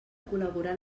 col·laborar